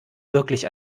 wirklich